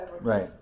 right